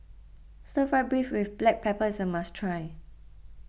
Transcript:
Stir Fried Beef with Black Pepper is a must try